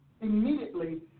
immediately